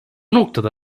noktada